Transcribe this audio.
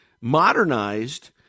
modernized